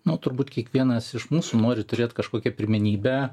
nu turbūt kiekvienas iš mūsų nori turėt kažkokią pirmenybę